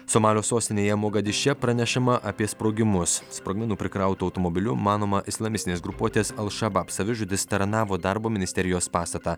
somalio sostinėje mogadiše pranešama apie sprogimus sprogmenų prikrautu automobiliu manoma islamistinės grupuotės al šabab savižudis taranavo darbo ministerijos pastatą